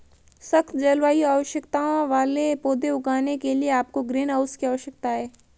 सख्त जलवायु आवश्यकताओं वाले पौधे उगाने के लिए आपको ग्रीनहाउस की आवश्यकता है